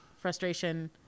frustration